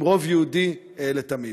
עם רוב יהודי לתמיד?